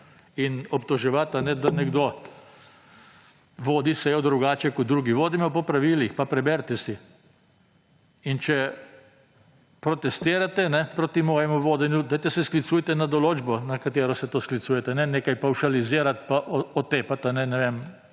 Obtoževati, da nekdo vodi sejo drugače kot drugi. Vodim jo po pravilih pa preberite si. Če protestirate proti mojemu vodenju dajte se sklicujete na določbo, na katero se to sklicujete ne nekaj pavšalizirati pa otepati na tak